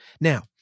Now